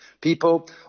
People